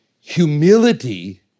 humility